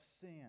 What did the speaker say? sin